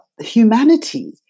humanity